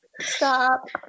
stop